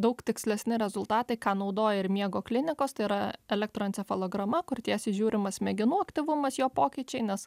daug tikslesni rezultatai ką naudoja ir miego klinikos tai yra elektroencefalograma kur tiesiai žiūrima smegenų aktyvumas jo pokyčiai nes